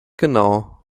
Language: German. genau